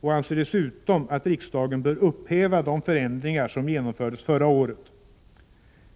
och anser dessutom att riksdagen bör upphäva de förändringar som genomfördes förra året.